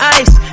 ice